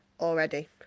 already